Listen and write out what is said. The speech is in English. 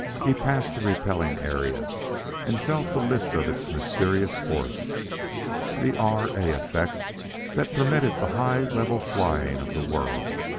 he passed the repelling area and felt the lift of its mysterious force the r. a. effect that permitted the high-level flying of the world.